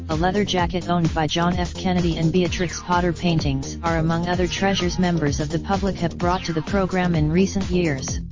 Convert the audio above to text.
a leather jacket owned by john f kennedy and beatrix potter paintings are among other treasures members of the public have brought to the programme in recent years.